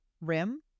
rim